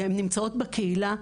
הן נמצאות בקהילה,